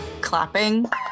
clapping